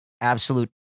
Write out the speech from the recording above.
Absolute